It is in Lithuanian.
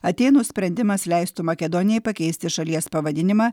atėnų sprendimas leistų makedonijai pakeisti šalies pavadinimą